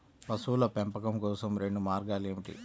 పశువుల పెంపకం కోసం రెండు మార్గాలు ఏమిటీ?